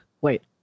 Wait